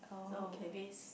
so waste